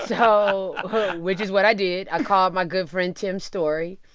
so which is what i did. i called my good friend tim story,